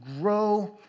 grow